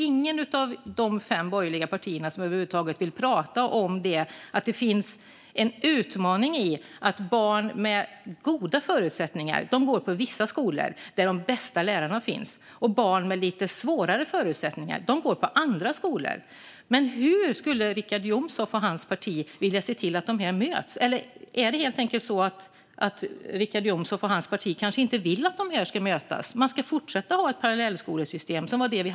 Inget av de fem borgerliga partierna vill över huvud taget prata om att det finns en utmaning i att barn med goda förutsättningar går på vissa skolor där de bästa lärarna finns, medan barn med lite svårare förutsättningar går på andra skolor. Hur vill Richard Jomshof och hans parti att de ska mötas? Kanske Richard Jomshof och hans parti inte vill att de ska mötas utan att det ska vara ett parallellskolesystem även i fortsättningen?